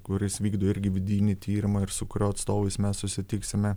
kuris vykdo irgi vidinį tyrimą ir su kurio atstovais mes susitiksime